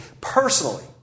personally